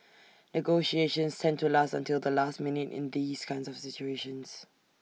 negotiations tend to last until the last minute in these kind of situations